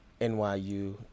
NYU